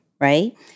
Right